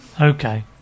Okay